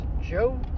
Joe